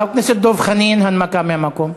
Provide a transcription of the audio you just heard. חבר הכנסת דב חנין, הנמקה מהמקום,